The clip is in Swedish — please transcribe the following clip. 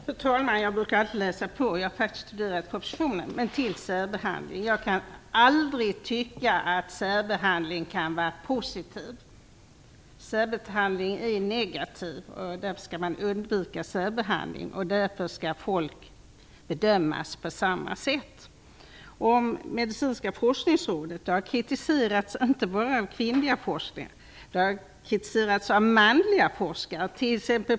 Fru talman! Jag brukar alltid läsa på, och jag har faktiskt studerat propositionen. Men jag kan aldrig tycka att särbehandling kan vara någonting positivt, särbehandling är negativ. Därför skall man undvika särbehandling. Därför skall folk bedömas på samma sätt. Medicinska forskningsrådet har kritiserats inte bara av kvinnliga forskare utan också av manliga forskare.